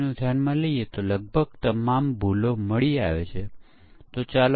અને પરીક્ષણ ડેટામાટે 2 અઠવાડિયાના સમયગાળા માટે નવીકરણની વિનંતી છે